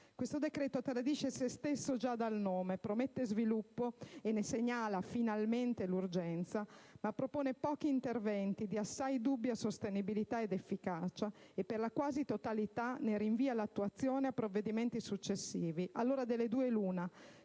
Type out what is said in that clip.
Questo decreto tradisce se stesso già dal nome. Promette sviluppo e ne segnala, finalmente, l'urgenza, ma propone pochi interventi, di assai dubbia sostenibilità ed efficacia e, per la quasi totalità, ne rinvia l'attuazione a provvedimenti successivi. Allora, delle due l'una: